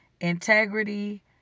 integrity